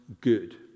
good